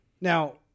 Now